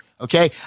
Okay